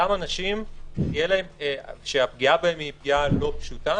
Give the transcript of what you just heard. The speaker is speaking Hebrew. אותם אנשים שהפגיעה בהם היא פגיעה לא פשוטה